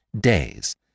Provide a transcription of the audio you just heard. days